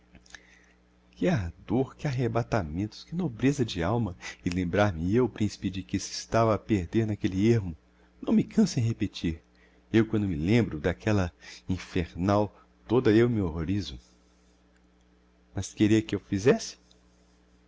pés que ardor que arrebatamentos que nobreza de alma e lembrar-me eu principe de que se estava a perder n'aquelle ermo não me canço em repetir eu quando me lembro d'aquella infernal toda eu me horrorizo mas que queria que eu fizesse